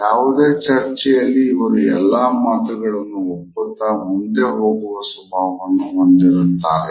ಯಾವುದೇ ಚರ್ಚೆಯಲ್ಲಿ ಅವರು ಎಲ್ಲರ ಮಾತುಗಳನ್ನು ಒಪ್ಪುತ್ತಾ ಮುಂದೆ ಹೋಗುವ ಸ್ವಭಾವವನ್ನು ಹೊಂದಿರುತ್ತಾರೆ